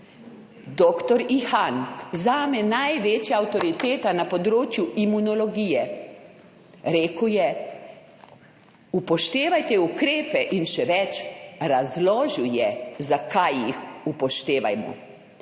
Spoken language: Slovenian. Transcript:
Dr. Ihan, zame največja avtoriteta na področju imunologije, rekel je: upoštevajte ukrepe. In še več, razložil je, zakaj jih upoštevajmo.